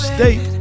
State